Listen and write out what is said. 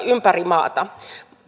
ympäri maata